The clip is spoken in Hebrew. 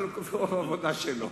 כל אחד והעבודה שלו.